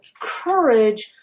courage